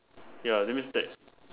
ya that means that